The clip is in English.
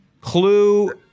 Clue